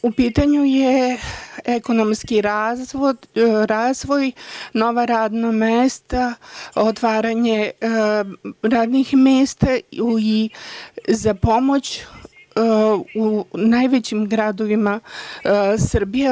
U pitanju je ekonomski razvoj, nova radna mesta, otvaranje radnih mesta i za pomoć u najvećim gradovima Srbije.